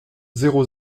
zéro